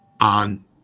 on